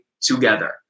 together